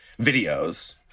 videos